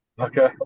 Okay